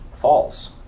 false